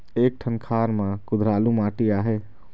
एक ठन खार म कुधरालू माटी आहे?